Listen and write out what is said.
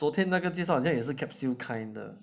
昨天那个介绍这也是 capsule kind